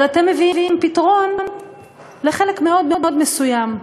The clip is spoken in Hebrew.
אבל אתם מביאים פתרון לחלק מאוד מאוד מסוים,